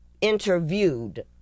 interviewed